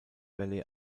valley